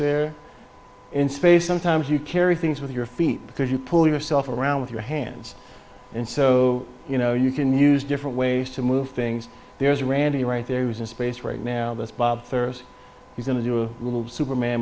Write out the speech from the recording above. there in space sometimes you carry things with your feet because you pull yourself around with your hands and so you know you can use different ways to move things there randi right there is a space right now that's bob you going to do a little superman